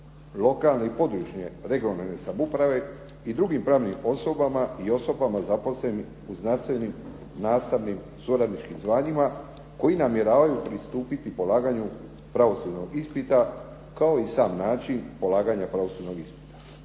lokalne i područne (regionalne) samouprave i drugim pravnim osobama i osobama zaposlenim u znanstvenim, nastavnim, suradničkim znanjima koji namjeravaju pristupiti polaganju pravosudnog ispita, kao i sam način polaganja pravosudnog ispita.